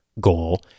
goal